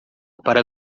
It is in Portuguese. para